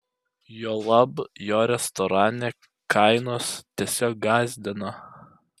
juolab jo restorane kainos tiesiog gąsdina